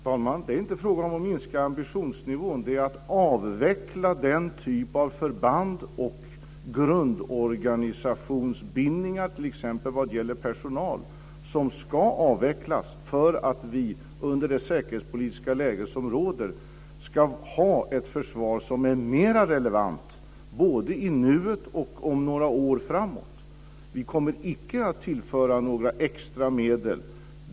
Fru talman! Det är inte fråga om att minska ambitionsnivån. Det är fråga om att avveckla den typ av förband och grundorganisationsbindningar, t.ex. vad gäller personal, som ska avvecklas för att vi under det säkerhetspolitiska läge som råder ska ha ett försvar som är mer relevant både i nuet och några år framåt. Vi kommer icke att tillföra några extra medel.